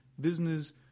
business